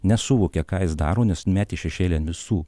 nesuvokė ką jis daro nes metė ant šešėlį visų